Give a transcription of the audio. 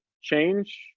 change